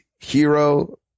Hero